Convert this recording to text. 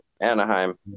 Anaheim